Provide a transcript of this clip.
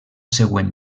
següent